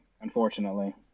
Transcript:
unfortunately